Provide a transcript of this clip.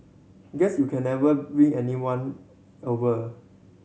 guess you can never win everyone over